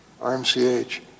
RMCH